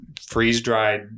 freeze-dried